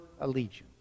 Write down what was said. allegiance